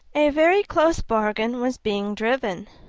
a very close bargain was being driven,